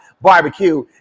barbecue